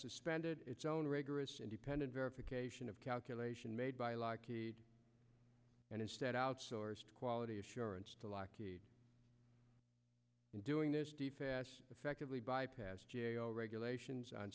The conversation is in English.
suspended its own rigorous independent verification of calculation made by law and instead outsourced quality assurance in doing effectively bypassed regulations on